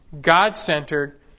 God-centered